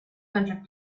hundred